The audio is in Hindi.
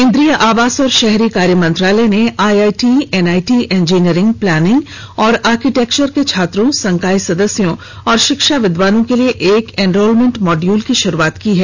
केंद्रीय आवास और शहरी कार्य मंत्रालय ने आईआईटी एनआईटी इंजीनियरिंग प्लानिंग और आर्किटेक्चर के छात्रों संकाय सदस्यों और शिक्षा विद्वानों के लिए एक एनरोलमेंट मॉड्यूल की शुरुआत की है